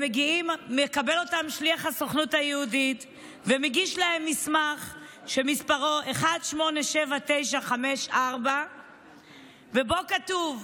מקבל אותם שליח הסוכנות היהודית ומגיש להם מסמך שמספרו 187954 ובו כתוב: